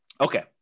Okay